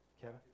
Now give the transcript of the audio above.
Kevin